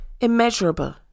immeasurable